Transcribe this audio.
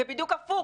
זה בדיוק הפוך.